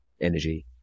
energy